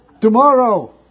Tomorrow